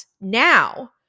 now